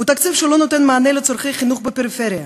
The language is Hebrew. הוא תקציב שלא נותן מענה לצורכי חינוך בפריפריה,